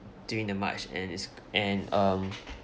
during the march and it's and um